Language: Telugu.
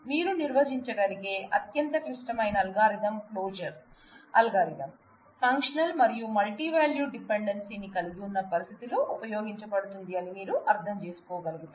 మీరు నిర్వచించగలిగే అత్యంత క్లిష్టమైన అల్గోరిథం క్లోజర్ అల్గోరిథం ఫంక్షనల్ మరియు మల్టీవాల్యూడ్ డిపెండెన్సీని కలిగి ఉన్న పరిస్థితిలో ఉపయోగించబడుతుంది అని మీరు అర్థం చేసుకోగలుగుతారు